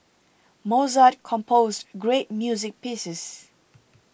Mozart composed great music pieces